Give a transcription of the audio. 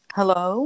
Hello